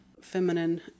feminine